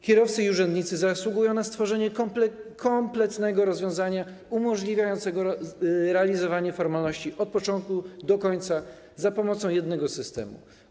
Kierowcy i urzędnicy zasługują na stworzenie kompletnego rozwiązania, umożliwiającego realizowanie formalności od początku do końca za pomocą jednego systemu.